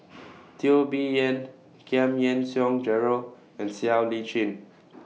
Teo Bee Yen Giam Yean Song Gerald and Siow Lee Chin